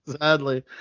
Sadly